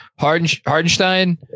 Hardenstein